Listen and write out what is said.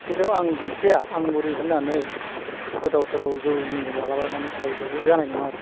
खिन्थु आं गैखाया आं ओरै होननानै गोदाव सोराव जौ लोंगोमालाबायनानै थायोब्ला बे जानाय नङा आरो